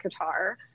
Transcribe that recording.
Qatar